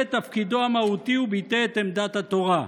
את תפקידו המהותי וביטא את עמדת התורה.